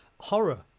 Horror